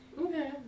Okay